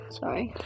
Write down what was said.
sorry